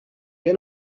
què